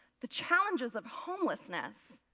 the challenges of homelessness,